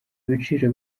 ibiciro